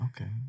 Okay